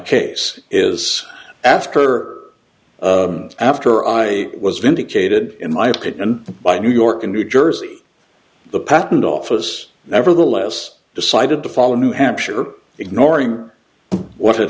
case is after after i was vindicated in my opinion by new york and new jersey the patent office nevertheless decided to follow new hampshire ignoring what had